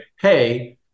Hey